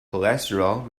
cholesterol